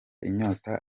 inyota